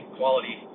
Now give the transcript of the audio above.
quality